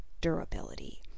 durability